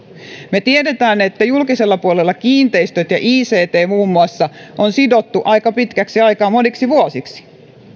me tiedämme että julkisella puolella kiinteistöt ja ict muun muassa on sidottu aika pitkäksi aikaa moniksi vuosiksi